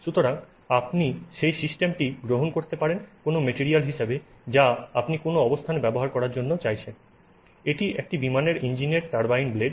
সুতরাং আপনি সেই সিস্টেমটি গ্রহণ করতে পারেন কোনও মেটেরিয়াল হিসাবে যা আপনি কোনো অবস্থানে ব্যবহার করার জন্য চাইছেন এটি একটি বিমানের ইঞ্জিনের টারবাইন ব্লেড